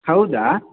ಹೌದಾ